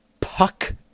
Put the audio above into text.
puck